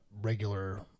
regular